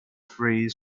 free